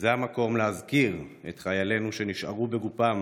זה המקום להזכיר את חיילינו שנשארו בגופם